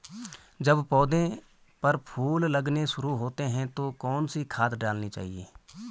जब पौधें पर फूल लगने शुरू होते हैं तो कौन सी खाद डालनी चाहिए?